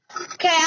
Okay